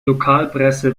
lokalpresse